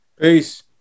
Peace